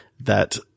that-